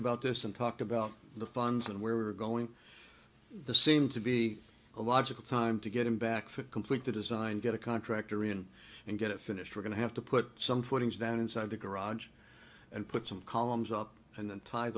about this and talk about the funds and where we're going the seem to be a logical time to get him back for complete the design get a contractor in and get it finished we're going to have to put some footings down inside the garage and put some columns up and then tie